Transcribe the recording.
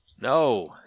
No